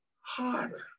harder